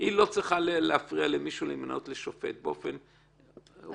והיא לא צריכה להפריע למישהו להתמנות לשופט באופן אובייקטיבי.